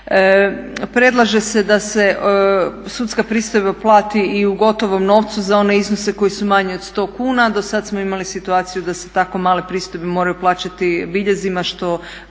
Predlaže se da se sudska pristojba plati i u gotovom novcu za one iznose koji su manji od 100 kuna, do sada smo imali situaciju da se tako male pristojbe moraju plaćati biljezima